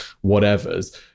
whatever's